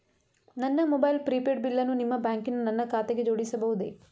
ನನ್ನ mobile prepaid ಬಿಲ್ಲನ್ನು ನಿಮ್ಮ ಬ್ಯಾಂಕಿನ ನನ್ನ ಖಾತೆಗೆ ಜೋಡಿಸಬಹುದೇ?